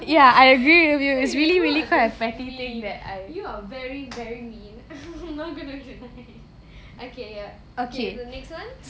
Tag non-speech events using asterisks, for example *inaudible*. you are just mean you are very very mean *laughs* I'm not gonna okay ya okay the next one